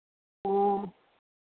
हाँ